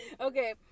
okay